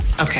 Okay